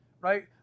right